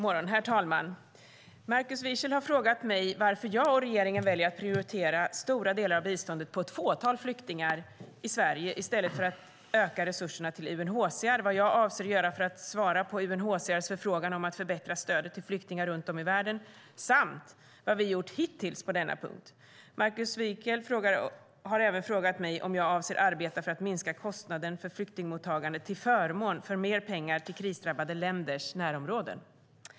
Herr talman! Markus Wiechel har frågat mig varför jag och regeringen väljer att prioritera stora delar av biståndet på ett fåtal flyktingar i Sverige i stället för att öka resurserna till UNHCR, vad jag avser att göra för att svara på UNHCR:s förfrågan om att förbättra stödet till flyktingar runt om i världen och vad vi gjort hittills på denna punkt. Markus Wiechel har även frågat mig om jag avser att arbeta för att minska kostnaden för flyktingmottagande till förmån för mer pengar till krisdrabbade länders närområden.